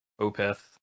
Opeth